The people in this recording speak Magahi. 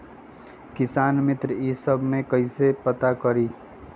किसान मित्र ई सब मे कईसे पता करी?